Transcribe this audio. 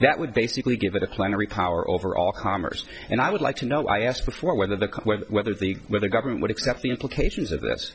that would basically give it a plan of our overall commerce and i would like to know i asked before whether the whether the where the government would accept the implications of this